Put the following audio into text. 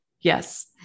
Yes